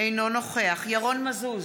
אינו נוכח ירון מזוז,